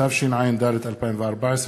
התשע"ד 2014,